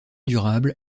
durable